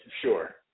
Sure